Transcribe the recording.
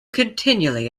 continually